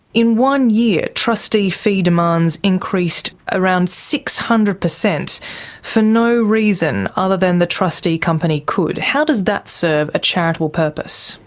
in one year, trustee fee demands increased around six hundred percent for no reason other than the trustee company could. how does that serve a charitable purpose?